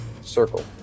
Circle